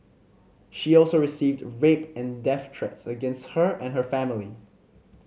she also received rape and death threats against her and her family